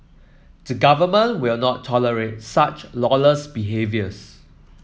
the government will not tolerate such lawless behaviours